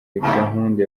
gahunda